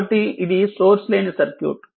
కాబట్టి ఇది సోర్స్ లేని సర్క్యూట్